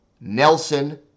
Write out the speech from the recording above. Nelson